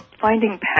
finding